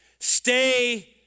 Stay